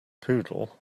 poodle